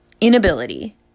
inability